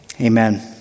amen